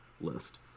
list